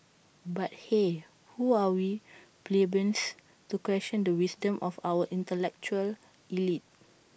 but hey who are we plebeians to question the wisdom of our intellectual elite